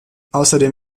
außerdem